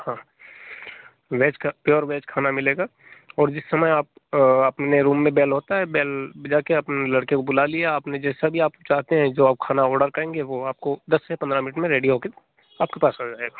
veg का pure veg खाना मिलेगा और जिस समय आप अपने रूम में बेल होता है बेल बजाकर आप लड़के को बुला लिया आपने जैसा भी आप चाहते हैं जो आप खाना ऑर्डर करेंगे वह आपको दस से पन्द्रह मिनट में रेडी होकर आपके पास आ जाएगा